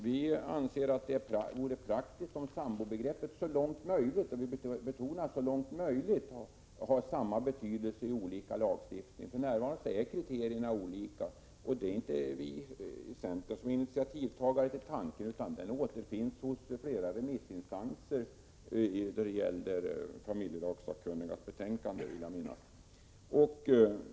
Vi anser att det vore praktiskt om sambobegreppet så långt möjligt hade samma betydelse i olika lagstiftningar. För närvarande används olika kriterier. Det är inte vi i centern som kommit på den tanken, utan den fanns i flera remissvar över familjelagssakkunnigas betänkande.